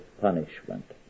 punishment